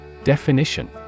Definition